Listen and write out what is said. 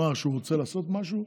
אמר שהוא רוצה לעשות משהו,